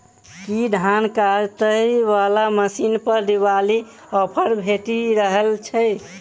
की धान काटय वला मशीन पर दिवाली ऑफर भेटि रहल छै?